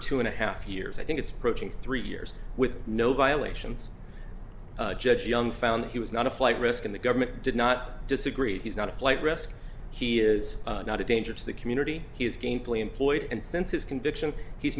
two and a half years i think it's protein three years with no violations judge young found he was not a flight risk and the government did not disagree he's not a flight risk he is not a danger to the community he is gainfully employed and since his conviction he's